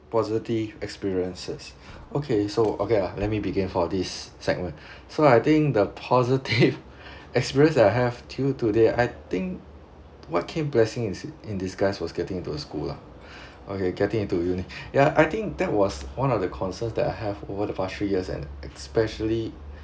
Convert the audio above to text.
positive experiences okay so okay ah let me begin for this segment so I think the positive experience that I have till today I think what came blessing in disguise was getting into a school lah okay getting into uni ya I think that was one of the concern that I have over the pass three years and especially